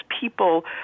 people